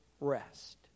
rest